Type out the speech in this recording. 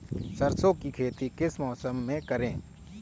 सरसों की खेती किस मौसम में करें?